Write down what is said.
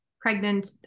pregnant